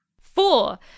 Four